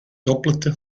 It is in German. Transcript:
doppelter